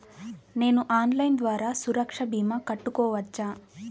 నేను ఆన్లైన్ ద్వారా సురక్ష భీమా కట్టుకోవచ్చా?